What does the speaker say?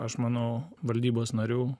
aš manau valdybos narių